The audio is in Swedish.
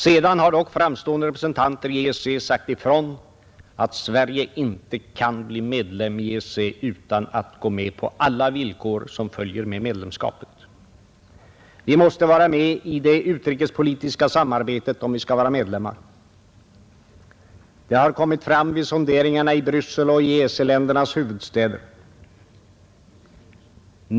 Sedan har dock framstående representanter i EEC sagt ifrån att Sverige inte kan bli medlem i EEC utan att gå med på alla de villkor som följer med medlemskapet. Vi måste vara med i det utrikespolitiska samarbetet om vi skall vara medlemmar. Det har kommit fram vid sonderingarna i Bryssel och i EEC-ländernas huvudstäder.